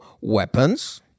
weapons